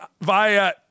via